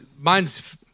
Mine's